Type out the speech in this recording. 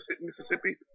Mississippi